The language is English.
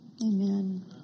Amen